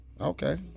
Okay